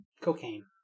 Cocaine